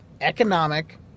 economic